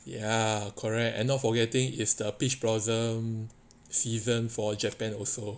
ya correct and not forgetting is the peach blossom season for japan also